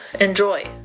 Enjoy